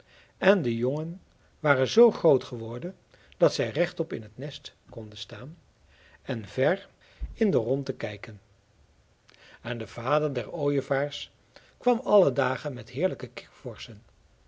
en de jongen waren zoo groot geworden dat zij rechtop in het nest konden staan en ver in de rondte kijken en de vader der ooievaars kwam alle dagen met heerlijke